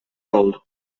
cold